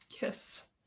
yes